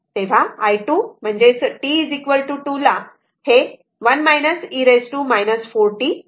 तर i2 जे t 2 ला आहे